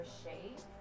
shape